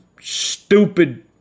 stupid